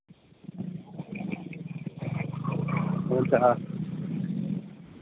हुन्छ